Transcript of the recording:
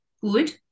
good